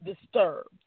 disturbed